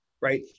right